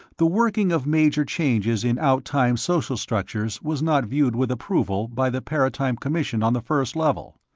the working of major changes in out-time social structures was not viewed with approval by the paratime commission on the first level.